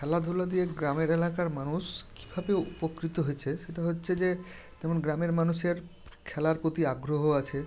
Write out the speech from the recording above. খেলাধুলো দিয়ে গ্রামের এলাকার মানুষ কীভাবে উপকৃত হয়েছে সেটা হচ্ছে যে তেমন গ্রামের মানুষের খেলার প্রতি আগ্রহ আছে